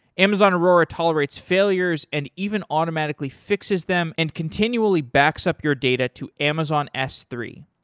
amazon aurora tolerates failures and even automatically fixes them and continually backs up your data to amazon s three,